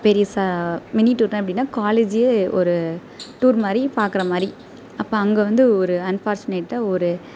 பெரிசா மினி டூருனா எப்படினா காலேஜு ஒரு டூர் மாதிரி பாக்கிற மாதிரி அப்போ அங்கே வந்து ஒரு அன்ஃபார்ச்சுனேட்டா ஒரு